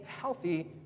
healthy